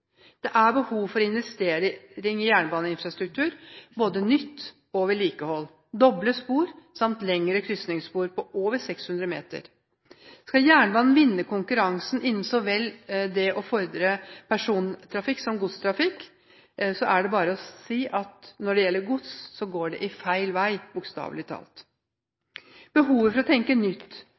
Det er behov for investeringer i jernbaneinfrastruktur, både til nytt og til vedlikehold, til doble spor og lengre krysningsspor på over 600 meter. Skal jernbanen vinne konkurransen innen så vel det å fordre persontrafikk som godstrafikk, er det bare å si at når det gjelder gods, så går det feil vei, bokstavelig talt! Det er behov for å tenke nytt,